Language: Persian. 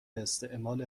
استعمال